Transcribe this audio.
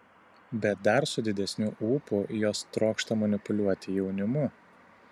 bet dar su didesniu ūpu jos trokšta manipuliuoti jaunimu